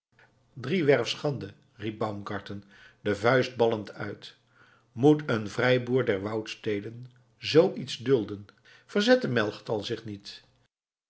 driewerf schande riep baumgarten de vuist ballend uit moet een vrijboer der woudsteden zoo iets dulden verzette melchtal zich niet